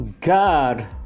God